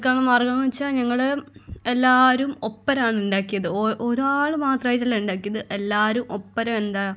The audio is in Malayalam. എടുക്കാനുള്ള മാർഗ്ഗം എന്നു വെച്ചാൽ ഞങ്ങൾ എല്ലാവരും ഒപ്പരമാണ് ഉണ്ടാക്കിയത് ഒരാൾ മാത്രമായിട്ടല്ല ഉണ്ടാക്കിയത് എല്ലാവരും ഒപ്പരം എന്താ